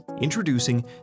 Introducing